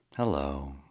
Hello